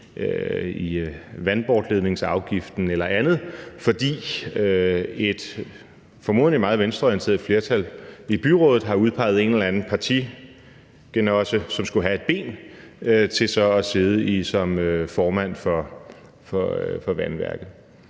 i vandafledningsafgiften eller andet, fordi et formodentlig meget venstreorienteret flertal i et byråd har udpeget en eller anden partigenosse, som skulle have et ben, til at sidde som formand for vandværket.